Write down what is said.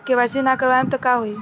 KYC ना करवाएम तब का होई?